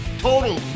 total